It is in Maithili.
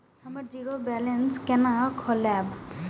हम जीरो बैलेंस केना खोलैब?